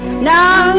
not